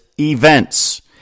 events